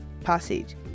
passage